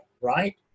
right